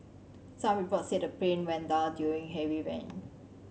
some reports said the plane went down during heavy rain